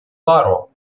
ларо